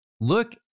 look